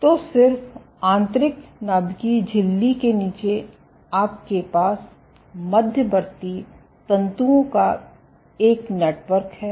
तो सिर्फ आंतरिक नाभिकीय झिल्ली के नीचे आपके पास मध्यवर्ती तंतुओं का एक नेटवर्क है